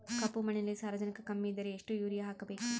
ಕಪ್ಪು ಮಣ್ಣಿನಲ್ಲಿ ಸಾರಜನಕ ಕಮ್ಮಿ ಇದ್ದರೆ ಎಷ್ಟು ಯೂರಿಯಾ ಹಾಕಬೇಕು?